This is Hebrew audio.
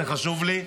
זה חשוב לי,